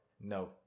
No